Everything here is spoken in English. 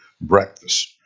breakfast